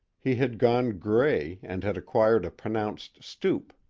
he had gone gray and had acquired a pronounced stoop.